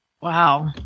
Wow